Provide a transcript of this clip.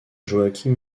joachim